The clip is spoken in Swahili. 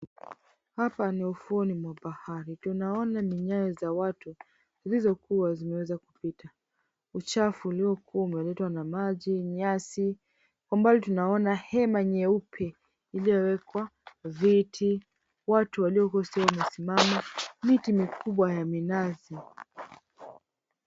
Hapa ni ufuoni mwa bahari, tunaona minyayo za watu zilizokuwa zimeweza kupita. Uchafu uliokuwa umeletwa na maji, nyasi. Kwa mbali tunaona hema nyeupe iliyowekwa viti, watu walioweusi wamesimama, miti mikubwa ya minazi.